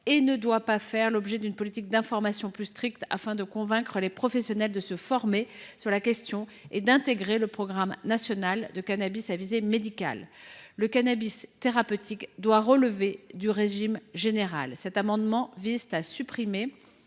et ne doit pas faire l’objet d’une politique d’information plus stricte, afin de convaincre les professionnels de se former à cette question et d’intégrer le programme national de cannabis à visée médicale. Le cannabis thérapeutique doit relever du régime général. Cet amendement vise à supprimer